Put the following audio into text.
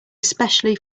especially